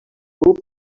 grup